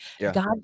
God